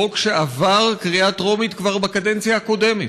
חוק שעבר בקריאה טרומית כבר בקדנציה הקודמת.